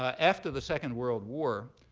ah after the second world war,